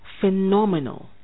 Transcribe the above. phenomenal